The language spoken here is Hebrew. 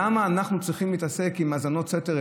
למה אנחנו צריכים להתעסק עם האזנות סתר,